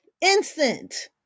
Instant